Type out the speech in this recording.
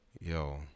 yo